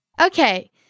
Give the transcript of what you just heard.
Okay